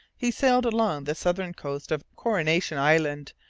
he sailed along the southern coast of coronation island,